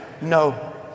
no